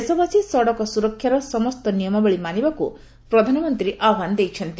ଦେଶବାସୀ ସଡ଼କ ସୁରକ୍ଷାର ସମସ୍ତ ନିୟମାବଳୀ ମାନିବାକୁ ପ୍ରଧାନମନ୍ତ୍ରୀ ଆହ୍ବାନ ଦେଇଛନ୍ତି